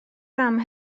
fam